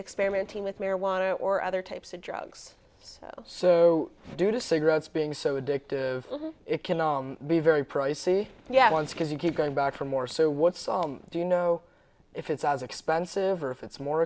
experimenting with marijuana or other types of drugs so due to cigarettes being so addictive it can be very pricey yet once because you keep going back for more so what song do you know if it sounds expensive or if it's more